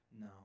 No